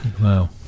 Wow